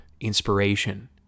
inspiration